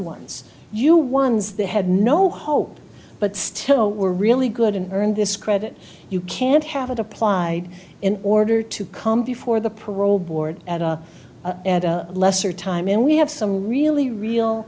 ones you ones they had no hope but still were really good and earned this credit you can't have it applied in order to come before the parole board at a lesser time and we have some really real